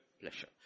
pleasure